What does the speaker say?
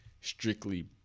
strictly